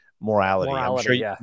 morality